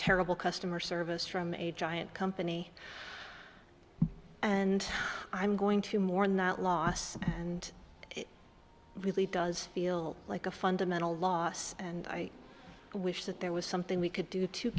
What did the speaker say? terrible customer service from a giant company and i'm going to mourn the loss and it really does feel like a fundamental law and i wish that there was something we could do to